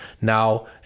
now